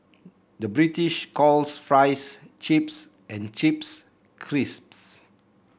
the British calls fries chips and chips crisps